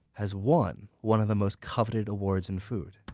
has one one of the most coveted awards in food